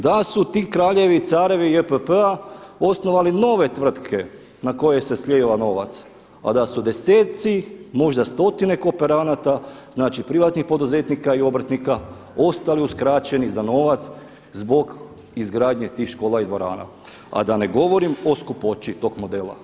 Da su ti kraljevi, carevi JPP-a osnovali nove tvrtke na koje se slijeva novac, a da su deseci možda stotine kooperanata privatnih poduzetnika i obrtnika ostali uskraćeni za novac zbog izgradnje tih škola i dvorana, a da ne govorim o skupoći tog modela.